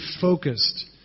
focused